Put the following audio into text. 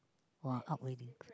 !wah! up already